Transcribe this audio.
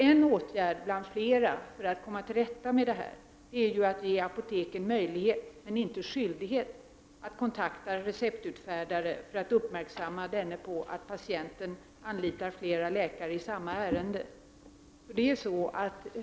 En åtgärd bland flera för att komma till rätta med detta är att ge apoteken möjlighet men inte skyldighet att kontakta en receptutfärdare för att göra denne uppmärksam på att patienten anlitar flera läkare i samma ärende.